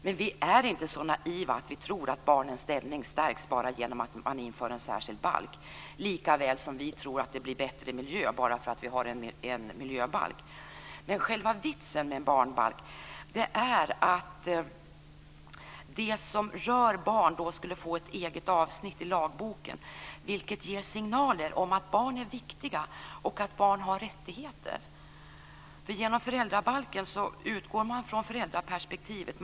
Men vi är inte så naiva att vi tror att barnens ställning stärks bara genom att man inför en särskild balk, lika lite som vi tror att det blir bättre miljö bara för att vi har en miljöbalk. Själva vitsen med en barnbalk är att det som rör barn får ett eget avsnitt i lagboken. Det ger signaler om att barn är viktiga och att de har rättigheter. I föräldrabalken utgår man från föräldraperspektivet.